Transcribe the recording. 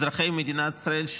אזרחי מדינת ישראל,